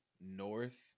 north